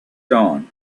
dawn